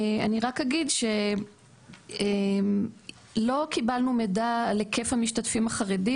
אני רק אגיד שלא קיבלנו מידע על היקף המשתתפים החרדים